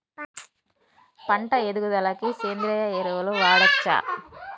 పంట ఎదుగుదలకి సేంద్రీయ ఎరువులు వాడచ్చా?